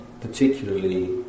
particularly